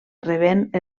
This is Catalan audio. rebent